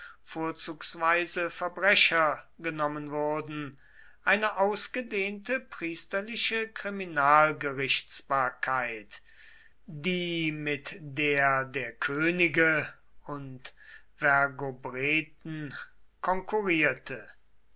vorzugsweise verbrecher genommen wurden eine ausgedehnte priesterliche kriminalgerichtsbarkeit die mit der der könige und vergobreten konkurrierte